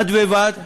בד בבד.